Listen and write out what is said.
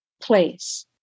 place